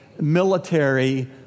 military